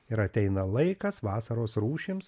ir ateina laikas vasaros rūšims